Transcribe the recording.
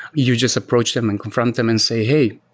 you just approached him and confront him and say, hey,